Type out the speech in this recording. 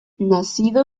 nacido